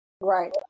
Right